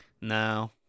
No